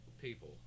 people